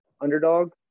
underdog